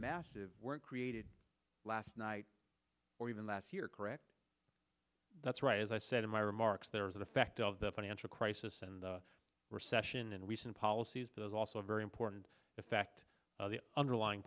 massive were created last night or even last year correct that's right as i said in my remarks there is an effect of the financial crisis and the recession and recent policies that is also very important the fact of the underlying